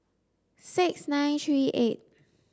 six nine three eight